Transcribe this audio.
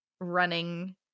running